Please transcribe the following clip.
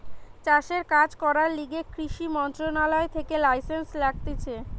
চাষের কাজ করার লিগে কৃষি মন্ত্রণালয় থেকে লাইসেন্স লাগতিছে